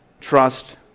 trust